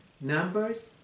Numbers